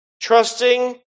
Trusting